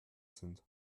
sind